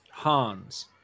Hans